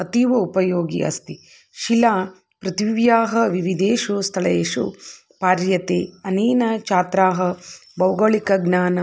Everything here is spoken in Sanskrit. अतीव उपयोगी अस्ति शिला पृथिव्याः विविधेषु स्थलेषु पार्यते अनेन छात्राः भौगोलिकज्ञानं